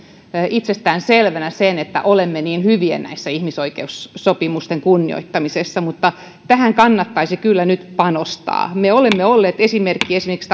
itsestään selvänä sen että olemme niin hyviä näiden ihmisoikeussopimusten kunnioittamisessa mutta tähän kannattaisi kyllä nyt panostaa me olemme olleet esimerkki esimerkiksi